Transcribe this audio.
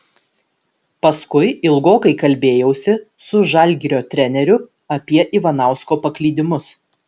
paskui ilgokai kalbėjausi su žalgirio treneriu apie ivanausko paklydimus